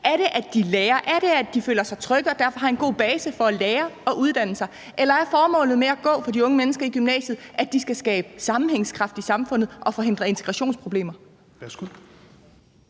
Er det, at de lærer; er det, at de føler sig trygge og dermed har en god basis for at lære og uddanne sig? Eller er formålet med at gå i gymnasiet for de unge mennesker, at de skal skabe sammenhængskraft i samfundet og forhindre integrationsproblemer?